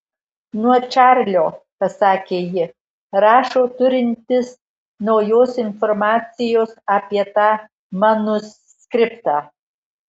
nuo čarlio pasakė ji rašo turintis naujos informacijos apie tą manuskriptą